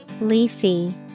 Leafy